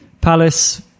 Palace